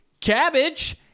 Cabbage